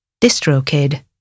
DistroKid